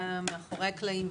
מאחורי הקלעים,